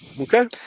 Okay